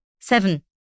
seven